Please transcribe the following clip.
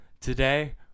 Today